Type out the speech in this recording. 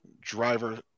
driver